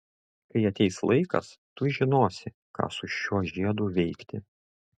kai ateis laikas tu žinosi ką su šiuo žiedu veikti